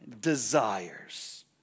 desires